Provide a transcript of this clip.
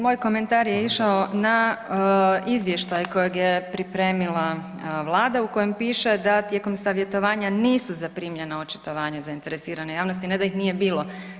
Moj komentar je išao na Izvještaj kojeg je pripremila Vlada u kojem piše da tijekom savjetovanja nisu zaprimljena očitovanja zainteresirane javnosti, ne da ih nije bilo.